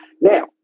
Now